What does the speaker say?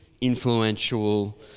influential